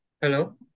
Hello